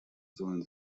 sollen